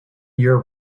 year